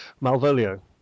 Malvolio